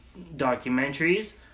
documentaries